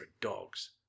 dog's